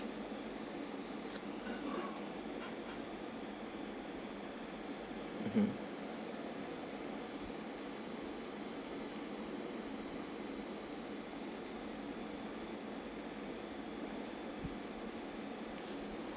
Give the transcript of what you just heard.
mmhmm